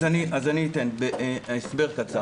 אז אני אתן הסבר קצר